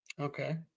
Okay